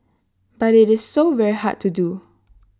but IT is so very hard to do